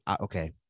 okay